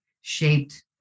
shaped